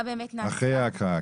אחרי ההקראה.